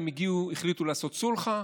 הם החליטו לעשות סולחה,